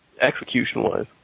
execution-wise